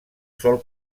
sol